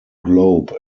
globe